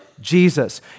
Jesus